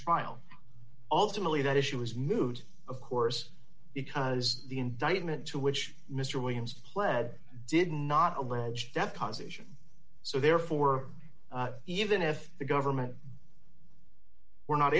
trial ultimately that issue is moot of course because the indictment to which mr williams pled did not allege death conservation so therefore even if the government were not